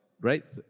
Right